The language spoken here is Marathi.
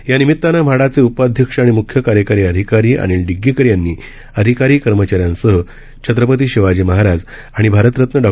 या निमिताने म्हाडाचे उपाध्यक्ष आणि मुख्य कार्यकारी अधिकारी अनिल डिग्गीकर यांनी अधिकारी कर्मचारी यांच्यासह छत्रपती शिवाजी महाराज आणि भारतरत्न डॉ